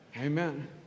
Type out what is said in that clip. Amen